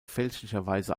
fälschlicherweise